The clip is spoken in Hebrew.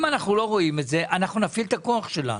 אם אנחנו לא רואים את זה אנחנו נפעיל את הכוח שלנו.